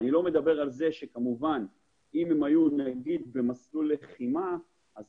אני לא מדבר על כך שכמובן אם הם היו במסלול לחימה הם